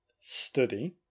study